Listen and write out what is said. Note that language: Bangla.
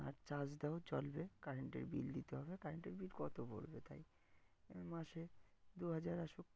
আর চার্জ দেওয়াও চলবে কারেন্টের বিল দিতে হবে কারেন্টের বিল কত পড়বে তাই ওই মাসে দু হাজার আসুক